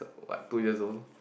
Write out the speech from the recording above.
what two years old